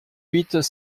huit